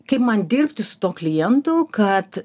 kaip man dirbti su tuo klientu kad